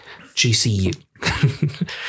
GCU